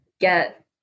get